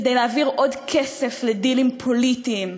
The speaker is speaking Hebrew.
כדי להעביר עוד כסף לדילים פוליטיים.